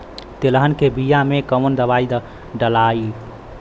तेलहन के बिया मे कवन दवाई डलाई?